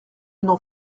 n’en